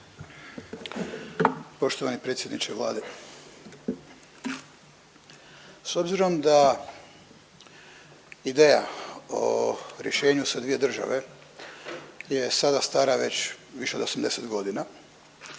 Poštovani predsjedniče Vlade s obzirom da ideja o rješenju sa dvije države je sada stara već više od 80 godina,